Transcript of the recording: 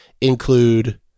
include